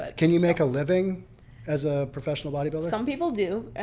ah can you make a living as a professional body builder? some people do,